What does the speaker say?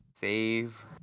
save